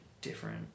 different